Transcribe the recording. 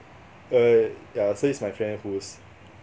err yeah so he's my friend whose